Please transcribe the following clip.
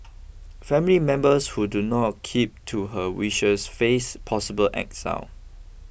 family members who do not keep to her wishes face possible exile